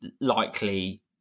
likely